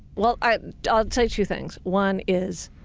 well ah i'll tell you two things. one is,